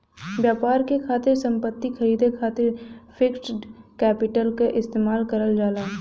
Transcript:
व्यापार के खातिर संपत्ति खरीदे खातिर फिक्स्ड कैपिटल क इस्तेमाल करल जाला